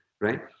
Right